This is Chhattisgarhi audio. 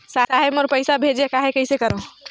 साहेब मोर पइसा भेजेक आहे, कइसे करो?